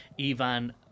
Ivan